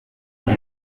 umwe